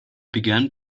began